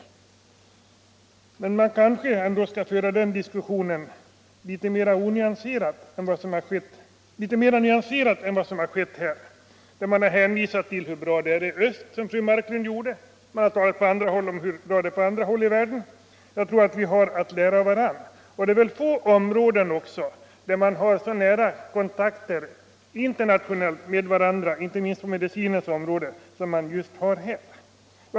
Men man kanske ändå skall föra den diskussionen litet mer nyanserat än som skett. Fru Marklund hänvisade till hur bra det är i öst, andra har talat om hur bra det är på andra håll i världen. Jag tror vi har att lära av varandra. Det är få områden där man har så nära kontakter internationellt med varandra — inte minst på den medicinska forskningens område — som man har inom sjukvården.